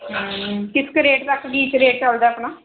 ਕਿਸ ਰੇਟ ਤੱਕ ਕੀ ਰੇਟ ਚਲਦਾ ਆਪਣਾ